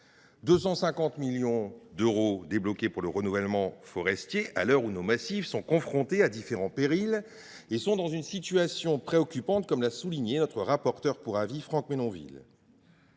250 millions d’euros débloqués pour le renouvellement forestier, à l’heure où nos massifs sont confrontés à différents périls et sont dans une situation préoccupante, comme l’a souligné le rapporteur pour avis de la